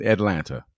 Atlanta